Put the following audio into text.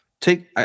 Take